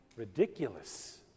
Ridiculous